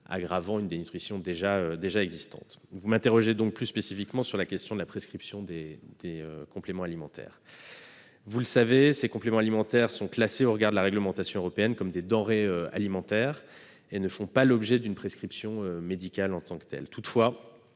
aggravant une dénutrition déjà existante. Vous m'interrogez plus spécifiquement sur la prescription des compléments alimentaires. Vous le savez, ces compléments alimentaires sont classés, conformément à la réglementation européenne, comme des denrées alimentaires et ne font pas l'objet d'une prescription médicale en tant que telle. Toutefois,